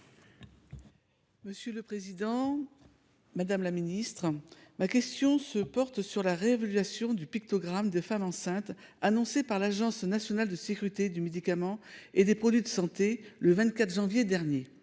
Monsieur le président. Madame la ministre ma question se porte sur la réévaluation du pictogramme de femme enceinte annoncée par l'Agence nationale de sécurité du médicament et des produits de santé. Le 24 janvier dernier.